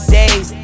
days